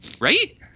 Right